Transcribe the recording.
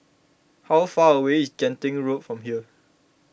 how far away is Genting Road from here